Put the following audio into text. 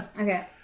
Okay